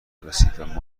رسید